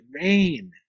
rain